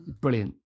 Brilliant